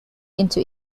into